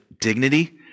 dignity